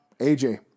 AJ